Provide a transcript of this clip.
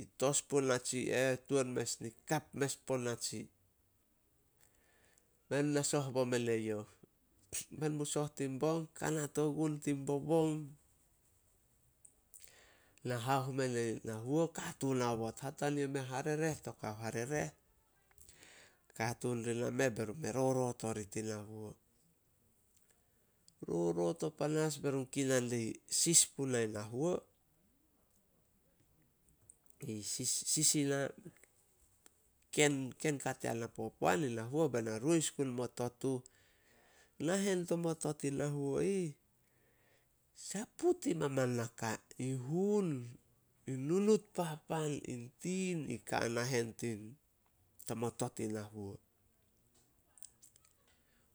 I tos puo natsi eh, tuan mes i kap mes puo natsi. Men na soh bo men e youh. Men mu soh tin bong, kanat ogun tin bobong, na haoh men na huo, katuun aobot, hatania mea har reh to kao harereh. Katuun ri na meh be run me rorot orih tin na huo. Rorot o panas be run kinan di sis punai na huo. Sis ina, ken- ken kat yana popoan in na huo bena rois guo mo tot uh. Nahen tomo tot i na huo ih, saput in maman naka. In hun, in nunut papan, in tin i ka a nahen tomo tot ina huo.